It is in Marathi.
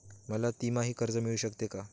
मला तिमाही कर्ज मिळू शकते का?